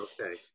okay